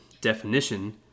definition